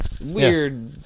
weird